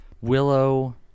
willow